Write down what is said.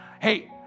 hey